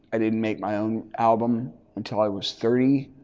i didn't make my own album until i was thirty.